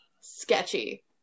sketchy